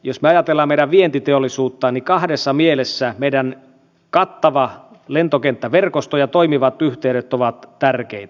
jos ajattelemme meidän vientiteollisuutta niin kahdessa mielessä meidän kattava lentokenttäverkosto ja toimivat yhteydet ovat tärkeitä